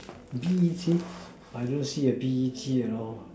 B_E_T I don't see a B_E_T at all